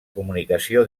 comunicació